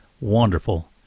Wonderful